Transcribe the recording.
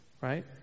right